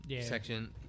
section